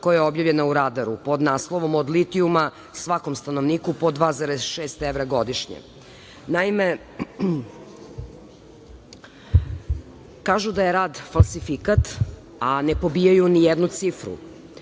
koji je objavljena u Radaru, pod naslovom „ Od litijuma svakom stanovniku po 2,6 evra godišnje“.Naime, kažu da je rad falsifikat, a ne pobijaju nijednu cifru.